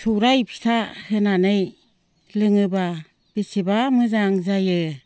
सौराय फिथा होनानै लोङोबा बेसेबा मोजां जायो